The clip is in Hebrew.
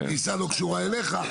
פריסה לא קשורה אליך.